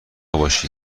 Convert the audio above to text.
باشی